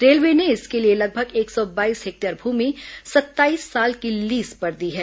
railway ने इसके लिए लगभग एक सौ बाईस हेक्टेयर भूमि सत्ताईस साल की लीज पर दी है